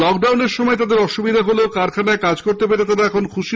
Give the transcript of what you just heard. লকডাউনের সময় তাদের অসুবিধে হলেও কারখানায় কাজ করতে পেরে তারা এখন খুশী